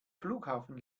flughafen